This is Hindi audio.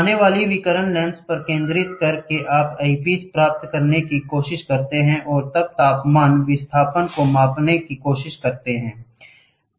आने वाली विकिरण लेंस पर केंद्रित करके आप ऐपिस प्राप्त करने की कोशिश करते हैं और आप तापमान विस्थापन को मापने की कोशिश करते हैं